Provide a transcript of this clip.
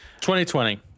2020